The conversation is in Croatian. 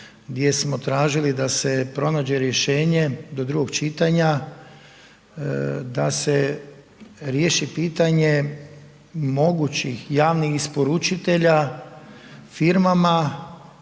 gdje smo tražili da se pronađe rješenje do drugog čitanja, da se riješi pitanje mogućih javnih isporučitelja firmama